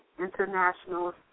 international